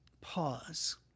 pause